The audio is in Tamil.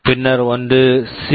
பின்னர் ஒன்று சி